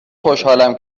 خوشحالم